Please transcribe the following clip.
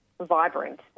vibrant